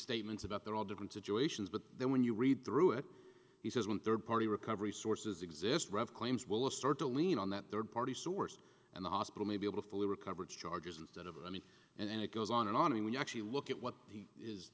statements about they're all different situations but then when you read through it he says one third party recovery sources exist red claims will start to lean on that third party source and the hospital may be able to fully recover charges instead of money and it goes on and on and when you actually look at what he is